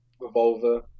Revolver